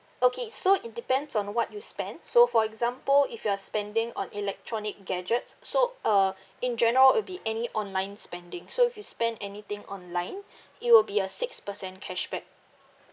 okay so it depends on what you spend so for example if you are spending on electronic gadgets so uh in general it'll be any online spending so if you spend anything online it will be a six percent cashback